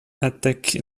attaque